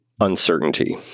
uncertainty